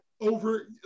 over